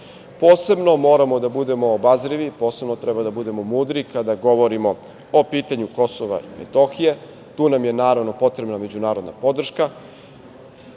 SAD.Posebno moramo da budemo obazrivi, posebno treba da budemo mudri, kada govorimo o pitanju KiM, tu nam je naravno potrebna međunarodna podrška.